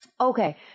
okay